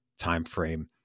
timeframe